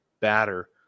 batter